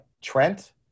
Trent